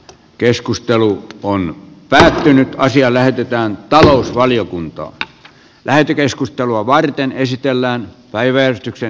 keskustelu on lähtenyt asia lähetetään talousvaliokuntaan lähetekeskustelua kuin edustaja autto